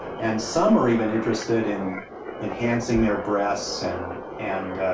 and some are even interested in enhancing their breasts and and